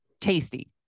tasty